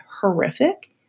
horrific